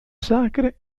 sacre